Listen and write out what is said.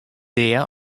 dea